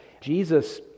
Jesus